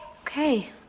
Okay